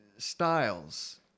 styles